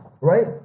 right